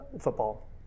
football